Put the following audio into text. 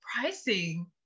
pricing